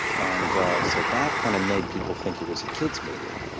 and so that kind of made people think it was a kid's movie.